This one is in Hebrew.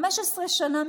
15 שנה,